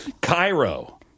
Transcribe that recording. Cairo